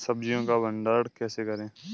सब्जियों का भंडारण कैसे करें?